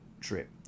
trip